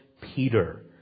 Peter